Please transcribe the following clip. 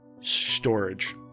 storage